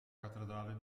cattedrale